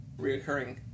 reoccurring